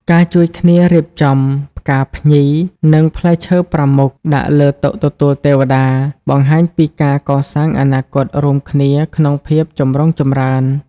ការជួយគ្នារៀបចំ "ផ្កាភ្ញី" និង "ផ្លែឈើប្រាំមុខ" ដាក់លើតុទទួលទេវតា បង្ហាញពីការកសាងអនាគតរួមគ្នាក្នុងភាពចម្រុងចម្រើន។